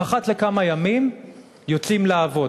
הם אחת לכמה ימים יוצאים לעבוד.